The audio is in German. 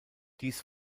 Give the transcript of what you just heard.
dies